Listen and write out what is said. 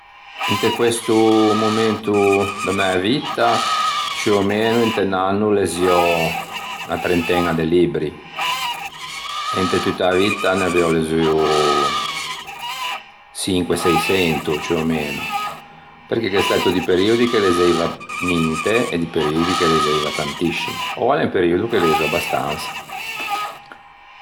Inte questo momento da mæ vitta ciù o meno inte un anno leziò unna trenteña de libbri e inte tutta a vitta n'aviò lezzuo çinque o seiçento perché gh'é stæto di periodi che lezzeiva ninte e di periodi che lezzeiva tantiscimo. Oua o l'é un periodo che lezo abastansa.